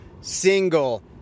Single